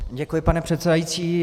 Děkuji, pane předsedající.